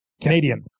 Canadian